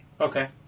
Okay